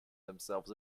themselves